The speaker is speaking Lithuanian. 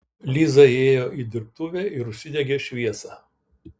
liza įėjo į dirbtuvę ir užsidegė šviesą